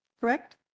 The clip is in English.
correct